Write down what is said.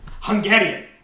Hungarian